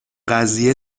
قضیه